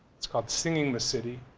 it's called singing the city,